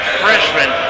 freshman